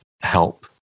help